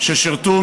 ששירתו,